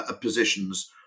positions